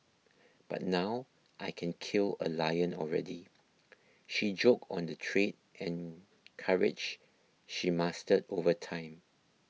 but now I can kill a lion already she joked on the trade and courage she mastered over time